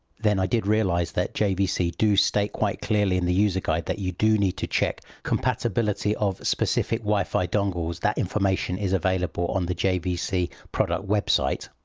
then i did realise that jvc do state quite clearly in the user guide that you do need to check compatibility of specific wifi dongles. that information is available on the jvc product website.